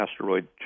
asteroid